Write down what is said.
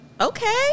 Okay